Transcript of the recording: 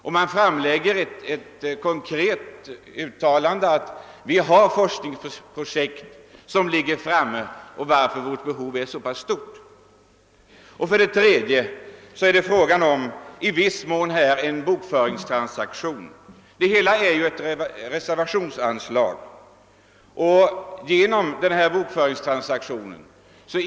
Det har också framhållits att det finns forskningsprojekt, varför behovet verkligen är så stort. För det tredje är det i viss mån fråga om en bokföringstransaktion.